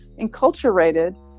enculturated